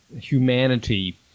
humanity